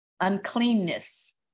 uncleanness